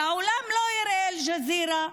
והעולם לא יראה את אל-ג'זירה,